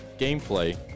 gameplay